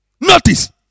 Notice